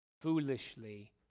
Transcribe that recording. Foolishly